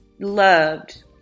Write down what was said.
loved